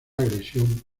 agresión